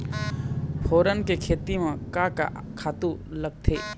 फोरन के खेती म का का खातू लागथे?